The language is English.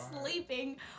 sleeping